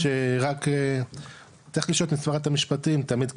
רק צריך לשאול את שרת המשפטים תמיד,